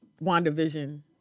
WandaVision